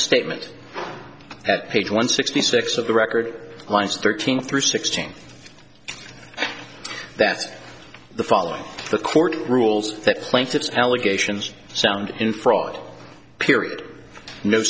statement at page one sixty six of the record lines thirteen through sixteen that's the following the court rules that plaintiff's allegations sound in fraud period no